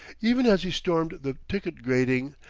even as he stormed the ticket-grating,